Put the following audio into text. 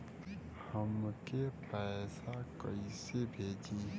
हमके पैसा कइसे भेजी?